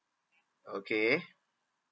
okay